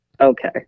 okay